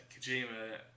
Kojima